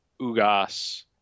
Ugas